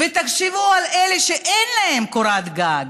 תחשבו על אלה שאין להם קורת גג.